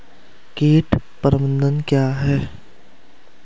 कीट प्रबंधन क्या है?